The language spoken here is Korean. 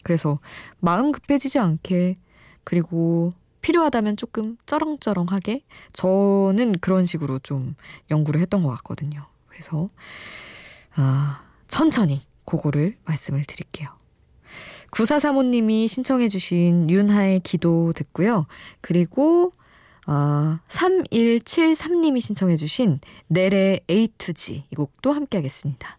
그래서 마음 급해지지 않게 그리고 필요하다면 조금 쩌렁쩌렁하게 저는 그런 식으로 좀 연구를 했던 것 같거든요. 그래서 아, 천천히 그거를 말씀을 드릴게요. 9435님이 신청해주신 윤하의 기도 듣고요. 그리고 아, 3173님이 신청해주신 넬의 A to G 이 곡도 함께하겠습니다.